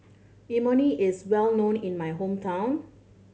imoni is well known in my hometown